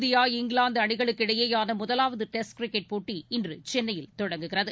India இங்கிலாந்துஅணிகளுக்கு இடையேயானமுதலாவதுடெஸ்ட் cricket போட்டி இன்றுசென்னையில் தொடங்குகிறது